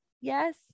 Yes